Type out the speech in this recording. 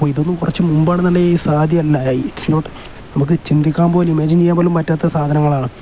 അപ്പം ഇതൊന്നും കുറച്ചു മുമ്പ് ആണെന്നുണ്ടെങ്കിൽ ഈ സാധ്യമല്ല ഇറ്റ്സ് നോട് നമുക്ക് ചിന്തിക്കാൻ പോലും ഇമാജൻ ചെയ്യൻ പോലും പറ്റാത്ത സാധനങ്ങളാണ്